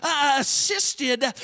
assisted